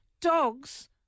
dogs